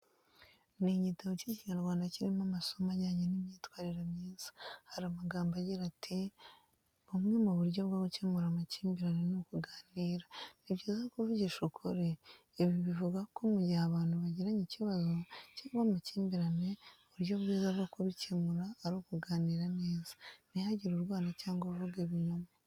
Ni igitabo cy'Ikinyarwanda kirimo amasomo ajyanye n’imyitwarire myiza. Hari amagambo agira ati:"Bumwe mu buryo bwo gukemura amakimbirane ni ukuganira, ni byiza kuvugisha ukuri." Ibi bivuga ko mu gihe abantu bagiranye ikibazo cyangwa amakimbirane, uburyo bwiza bwo kubikemura ari ukuganira neza, ntihagire urwana cyangwa uvuga ibinyoma.